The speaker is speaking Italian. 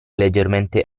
leggermente